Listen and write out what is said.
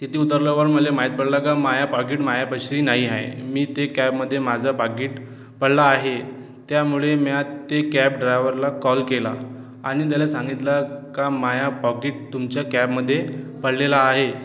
तिथे उतरल्यावर मला माहीत पडलं की माझं पाकीट माझ्यापाशी नाही आहे मी ते कॅबमध्ये माझं पाकीट पडलं आहे त्यामुळे मी त्या कॅब ड्रायव्हरला कॉल केला आणि त्याला सांगितलं की माझं पाकीट तुमच्या कॅबमध्ये पडलेलं आहे